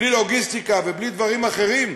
בלי לוגיסטיקה ובלי דברים אחרים,